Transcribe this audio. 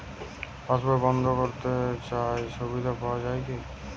পাশ বই বন্দ করতে চাই সুবিধা পাওয়া যায় কি?